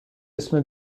اسم